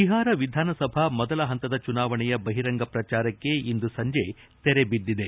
ಬಿಹಾರ ವಿಧಾನಸಭಾ ಮೊದಲ ಪಂತದ ಚುನಾವಣೆಯ ಬಹಿರಂಗ ಪ್ರಜಾರಕ್ಷೆ ಇಂದು ಸಂಜೆ ತೆರೆ ಬಿದ್ದಿದೆ